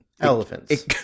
Elephants